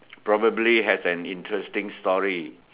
probably has an interesting story